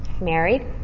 married